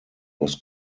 was